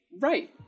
Right